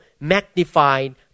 magnified